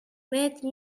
made